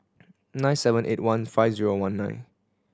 nine seven eight one five zero one nine